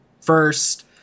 first